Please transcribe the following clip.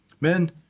Men